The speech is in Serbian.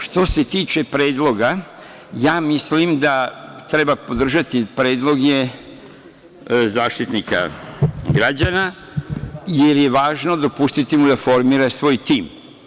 Što se tiče predloga, mislim da treba podržati predloge Zaštitnika građana, jer je važno dopustiti mu da formira svoj tim.